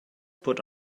put